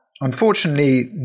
Unfortunately